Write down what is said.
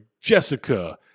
jessica